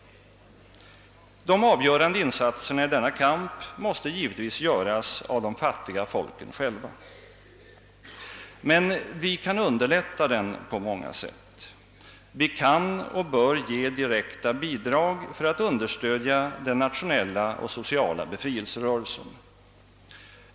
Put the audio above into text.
De avgörande insatserna i denna kamp måste givetvis göras av de fattiga folken själva. Men vi kan underlätta den på många sätt. Vi kan och bör ge direkta bidrag för att understödja den nationella och sociala befrielserörelsen.